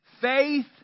faith